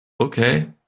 Okay